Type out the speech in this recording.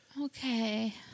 Okay